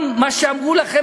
גם מה שאמרו לכם,